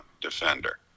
defender